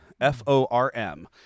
F-O-R-M